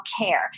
care